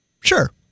Sure